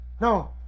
No